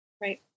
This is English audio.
Right